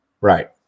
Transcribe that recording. Right